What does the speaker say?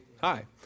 hi